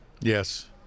Yes